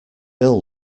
bill